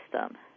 system